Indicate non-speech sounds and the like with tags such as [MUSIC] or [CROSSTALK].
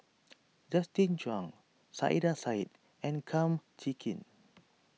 [NOISE] Justin Zhuang Saiedah Said and Kum Chee Kin